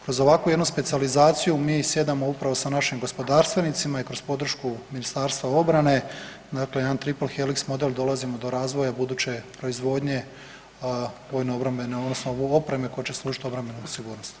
Kroz ovako jednu specijalizaciju mi sjedamo upravo sa našim gospodarstvenicima i kroz podršku Ministarstva obrane, dakle jedan triple helix model dolazimo do razvoja buduće proizvodnje vojno-obrambene odnosno opreme koja će služit obrambenoj sigurnosti.